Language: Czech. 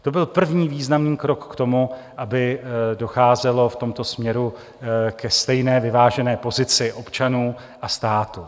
To byl první významný krok k tomu, aby docházelo v tomto směru ke stejné vyvážené pozici občanů a státu.